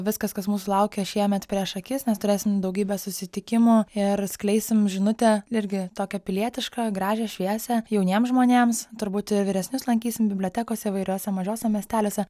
viskas kas mūsų laukia šiemet prieš akis nes turėsim daugybę susitikimų ir skleisim žinutę irgi tokią pilietišką gražią šviesią jauniem žmonėms turbūt ir vyresnius lankysim bibliotekose įvairiose mažuose miesteliuose